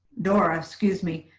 doris. excuse me,